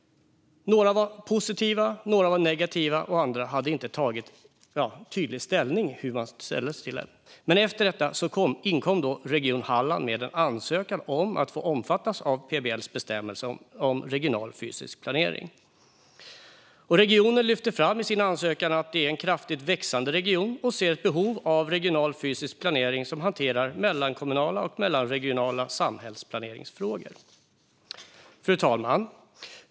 Några var positiva, några var negativa och andra hade inte tagit tydlig ställning. Efter detta inkom Region Halland med en ansökan om att få omfattas av PBL:s bestämmelser om regional fysisk planering. Regionen lyfte i sin ansökan fram att regionen är kraftigt växande och att man ser ett behov av regional fysisk planering som hanterar mellankommunala och mellanregionala samhällsplaneringsfrågor. Fru talman!